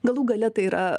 galų gale tai yra